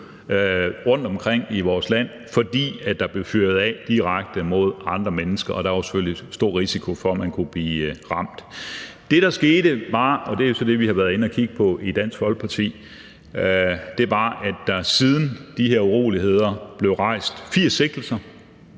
rundtomkring i vores land, fordi der blev fyret af direkte mod andre mennesker, og der var selvfølgelig stor risiko for, at man kunne blive ramt. Det, der skete, var, og det er jo så det, vi har været inde at kigge på i Dansk Folkeparti, at der siden de her uroligheder blev rejst 80 sigtelser,